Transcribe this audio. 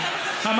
אה,